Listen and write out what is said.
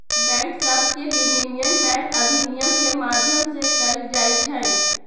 bank सभके विनियमन bank अधिनियम के माध्यम से कएल जाइ छइ